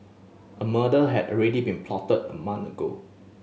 a murder had already been plotted a month ago